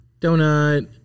Donut